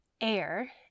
air